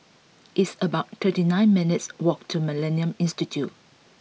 it's about thirty nine minutes' walk to Millennia Institute